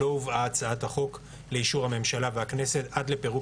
ולא הובאה הצעת החוק לאישור הממשלה והכנסת עד לפירוק